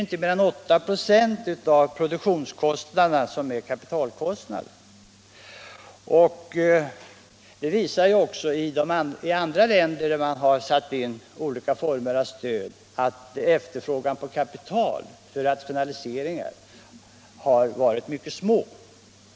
Inte mer än 8 96 av produktionskostnaderna är kapitalkostnader. I andra länder där man har satt in olika former av stöd har det också visat sig att efterfrågan på kapital för rationaliseringar har varit mycket liten.